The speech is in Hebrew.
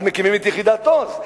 אז מקימים את יחידת "עוז",